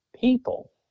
people